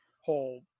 whole